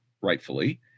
rightfully